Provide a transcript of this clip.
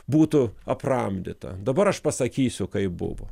būtų apramdyta dabar aš pasakysiu kaip buvo